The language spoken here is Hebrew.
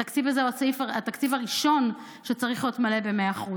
התקציב הזה הוא התקציב הראשון שצריך להיות מלא ב-100%.